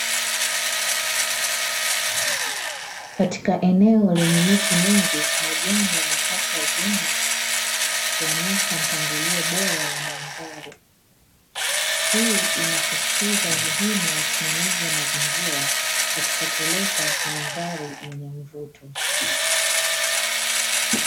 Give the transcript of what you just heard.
Katika eneo lenye miti mingi ,majani yamekatwa vyema ,kuonesha mpangilio bora wa mandhari. Hii inasisitiza umuhimu wa usimamizi wa mazingira katika kuleta mandhari yenye mvuto.